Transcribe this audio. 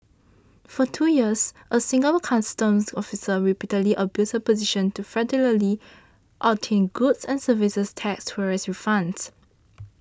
for two years a Singapore Customs officer repeatedly abused her position to fraudulently obtain goods and services tax tourist refunds